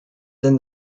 than